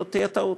זו תהיה טעות.